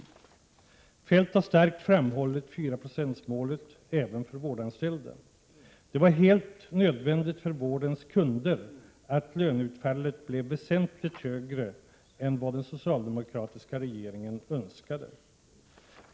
Kjell-Olof Feldt har starkt framhållit 4-procentsmålet även för vårdanställda. Det var helt nödvändigt för vårdens kunder att löneutfallet blev väsentligt högre än vad den socialdemokratiska regeringen önskade.